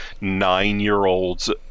nine-year-old's